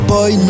Boy